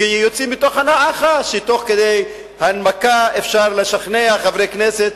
יוצאים מתוך הנחה שתוך כדי הנמקה אפשר לשכנע חברי כנסת,